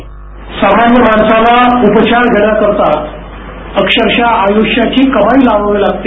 सामान्य माणसाला उपचार घेण्याकरता अक्षरशः आयुष्याची कमाई लाबाबी लागते